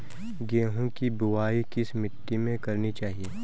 गेहूँ की बुवाई किस मिट्टी में करनी चाहिए?